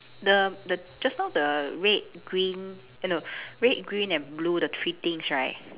the the just now the red green eh no red green and blue the three things right